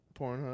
Pornhub